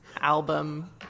album